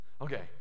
Okay